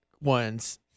ones